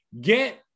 get